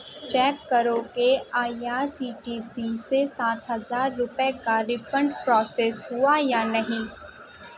check کرو کہ I R C T C سے سات ہزار روپئے کا ریفنڈ پروسیس ہوا یا نہیں